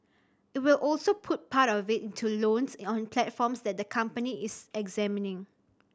it will also put part of it into loans on platforms that the company is examining